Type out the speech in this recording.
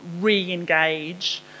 re-engage